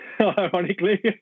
ironically